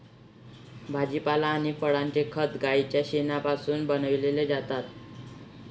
भाजीपाला आणि फळांचे खत गाईच्या शेणापासून बनविलेले जातात